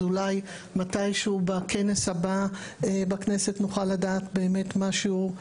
אז אולי מתישהו בכנס הבא בכנסת נוכל לדעת באמת מה שיעור האוכלוסייה.